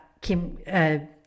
Kim